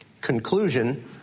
conclusion